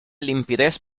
limpidez